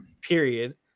period